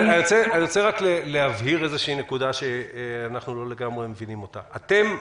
אני רוצה להבהיר איזו שהיא נקודה שאנחנו לא לגמרי מבינים אותה: אתם,